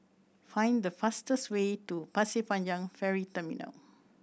find the fastest way to Pasir Panjang Ferry Terminal